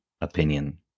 opinion